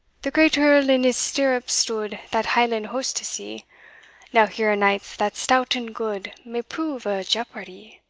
the great earl in his stirrups stood that highland host to see now here a knight that's stout and good may prove a jeopardie